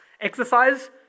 exercise